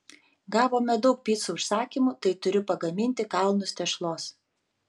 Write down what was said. gavome daug picų užsakymų tai turiu pagaminti kalnus tešlos